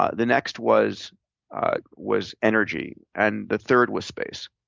ah the next was was energy, and the third was space.